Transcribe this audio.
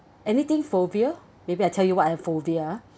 anything phobia maybe I tell you what I have phobia ah